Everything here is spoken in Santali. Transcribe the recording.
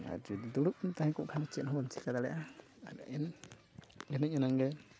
ᱟᱨ ᱡᱩᱫᱤ ᱫᱩᱲᱩᱵ ᱮᱢ ᱛᱟᱦᱮᱸ ᱠᱚᱜ ᱠᱷᱟᱱ ᱪᱮᱫ ᱦᱚᱸ ᱵᱟᱢ ᱪᱤᱠᱟᱹ ᱫᱟᱲᱮᱭᱟᱜᱼᱟ ᱟᱨ ᱤᱱ ᱤᱱ ᱮᱱᱟᱝ ᱜᱮ